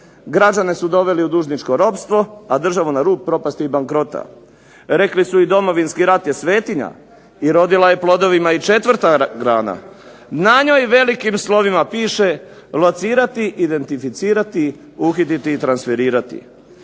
Građane su doveli u dužničko ropstvo, a državu na rub propasti i bankrota. Rekli su i Domovinski rat je svetinja i rodila je plodovima i četvrta grana. Na njoj velikim slovima piše locirati, identificirati, uhititi i transferirati.